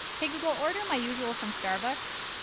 hey google. order my usual from starbucks.